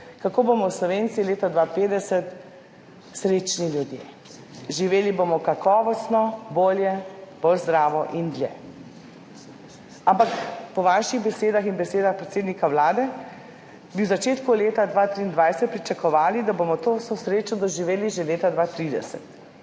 kako bomo Slovenci leta 2050 srečni ljudje, živeli bomo kakovostno, bolje, bolj zdravo in dlje, ampak po vaših besedah in besedah predsednika Vlade bi v začetku leta 2023 pričakovali, da bomo vso to srečo doživeli že leta 2030.